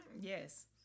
Yes